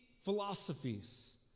philosophies